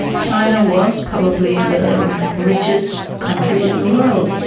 china was probably the richest country in the world.